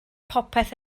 popeth